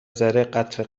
ذره٬قطره